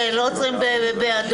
כן, לא עוצרים באדום.